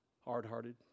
hard-hearted